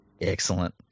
Excellent